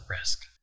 risk